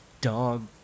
dog